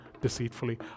deceitfully